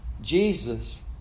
Jesus